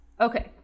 Okay